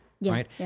right